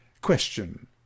question